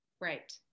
Right